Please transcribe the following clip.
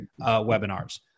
webinars